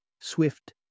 swift